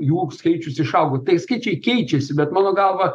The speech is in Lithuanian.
jų skaičius išaugo tai skaičiai keičiasi bet mano galva